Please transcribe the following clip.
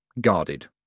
guarded